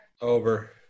Over